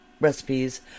recipes